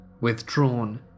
withdrawn